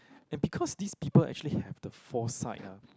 and because these people actually have the foresight ah